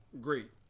great